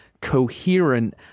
coherent